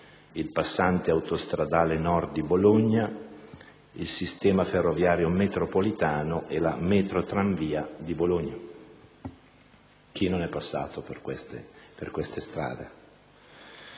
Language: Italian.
il passante autostradale nord di Bologna, il sistema ferroviario metropolitano e la metrotranvia di Bologna. Chi non è passato per queste strade?